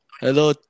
Hello